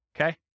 Okay